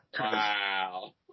Wow